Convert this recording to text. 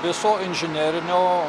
visų inžinerinių